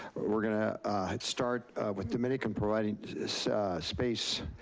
we're gonna start with dominican providing space,